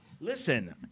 Listen